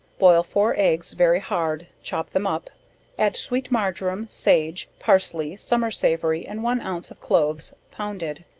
boil four eggs very hard, chop them up add sweet marjoram, sage, parsley, summersavory, and one ounce of cloves pounded,